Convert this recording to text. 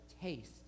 taste